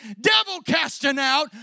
devil-casting-out